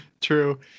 True